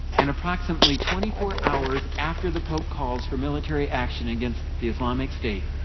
and approximately twenty four hours after the pope calls for military action against the islamic state,